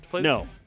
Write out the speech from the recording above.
No